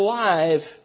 life